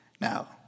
Now